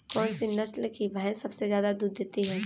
कौन सी नस्ल की भैंस सबसे ज्यादा दूध देती है?